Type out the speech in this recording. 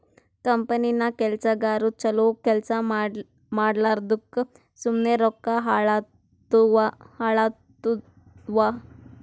ಕಂಪನಿನಾಗ್ ಕೆಲ್ಸಗಾರು ಛಲೋ ಕೆಲ್ಸಾ ಮಾಡ್ಲಾರ್ದುಕ್ ಸುಮ್ಮೆ ರೊಕ್ಕಾ ಹಾಳಾತ್ತುವ್